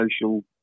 social